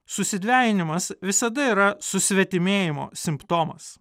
susidvejinimas visada yra susvetimėjimo simptomas